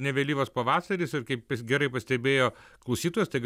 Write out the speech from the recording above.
nevėlyvas pavasaris ir kaip gerai pastebėjo klausytojas tai